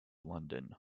london